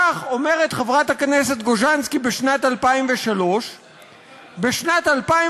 כך אומרת חברת הכנסת גוז'נסקי בשנת 2003. בשנת 2001